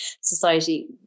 society